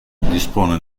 dispone